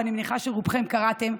ואני מניחה שרובכם קראתם,